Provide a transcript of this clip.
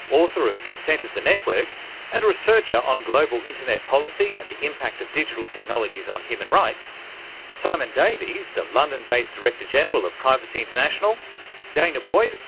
author of consent of the networked and a researcher on global internet policy and the impact of digital technologies on human rights simon davies, the london-based director general of privacy international danah boyd,